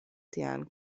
tian